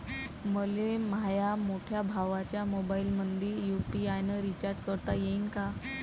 मले माह्या मोठ्या भावाच्या मोबाईलमंदी यू.पी.आय न रिचार्ज करता येईन का?